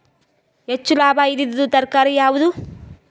ಹೆಚ್ಚು ಲಾಭಾಯಿದುದು ತರಕಾರಿ ಯಾವಾದು?